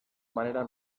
manera